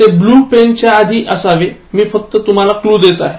ते blue pen च्या आधी असावे मी फक्त तुम्हाला क्लु देत आहे